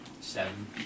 seven